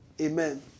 Amen